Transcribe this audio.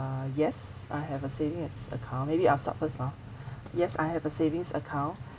~(uh) yes I have a savings account maybe I'll start first lah yes I have a savings account